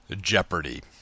Jeopardy